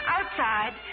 Outside